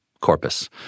corpus